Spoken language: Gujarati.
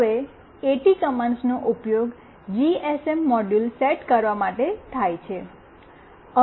હવે આ એટી કમાન્ડ્સનો ઉપયોગ જીએસએમ મોડ્યુલ સેટ કરવા માટે થાય છે